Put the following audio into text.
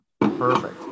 Perfect